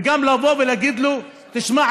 וגם לבוא ולהגיד לו: תשמע,